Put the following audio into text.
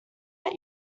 that